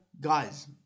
guys